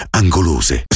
angolose